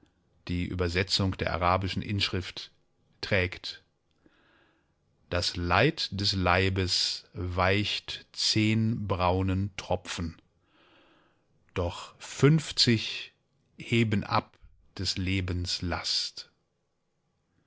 die übersetzung der arabischen inschrift trägt das leid des leibes weicht zehn braunen tropfen doch fünfzig heben ab des lebens last